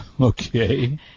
okay